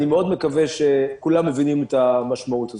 אני מאוד מקווה שכולם מבינים את המשמעות הזאת.